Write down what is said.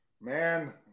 Man